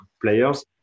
players